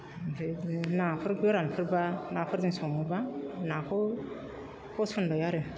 ओमफ्राय बिदिनो नाफोर गोरानफोरब्ला नाफोरजों सङोब्ला नाखौ होसनबाय आरो